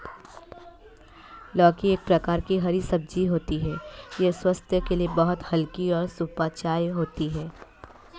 लौकी एक प्रकार की हरी सब्जी होती है यह स्वास्थ्य के लिए बहुत हल्की और सुपाच्य होती है